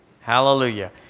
Hallelujah